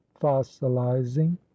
fossilizing